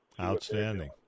Outstanding